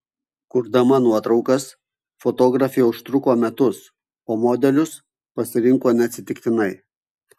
kurdama nuotraukas fotografė užtruko metus o modelius pasirinko neatsitiktinai